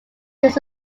takes